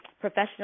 professional